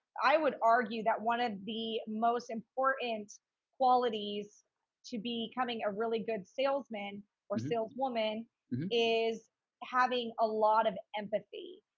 i would argue that one of the most important qualities to be coming a really good salesman or sales woman is having a lot of empathy.